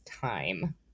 time